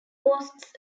boasts